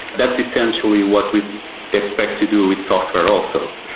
that's essentially what we expect to do with software also.